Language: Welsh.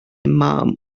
mam